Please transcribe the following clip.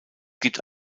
gibt